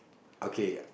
okay